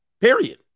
Period